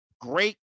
great